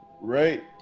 Right